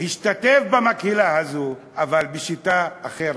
השתתף במקהלה הזאת, אבל בשיטה אחרת,